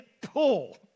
pull